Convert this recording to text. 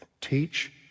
Teach